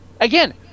Again